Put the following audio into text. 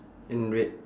in red